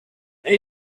they